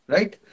Right